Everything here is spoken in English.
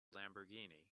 lamborghini